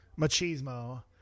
machismo